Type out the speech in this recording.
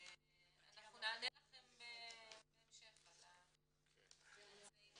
אנחנו נענה לכם בהמשך על הממצאים.